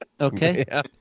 Okay